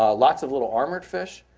ah lots of little armored fish.